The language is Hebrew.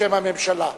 בשם הממשלה.